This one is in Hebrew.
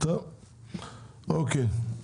אוקיי.